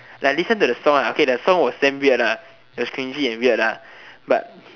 like listen to the song ah okay that song was damn weird lah it was cringey and weird lah but